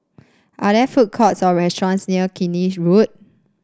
are there food courts or restaurants near Killiney Road